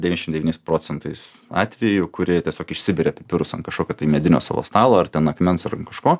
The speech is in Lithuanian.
devyniasdešim devyniais procentais atvejų kur jie tiesiog išsiberia pipirus ant kažkokio tai medinio savo stalo ar ten akmens ar ant kažko